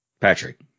Patrick